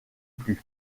plus